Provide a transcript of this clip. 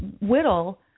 Whittle